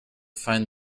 find